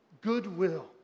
goodwill